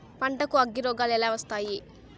పంటకు అగ్గిరోగాలు ఎలా వస్తాయి?